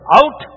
out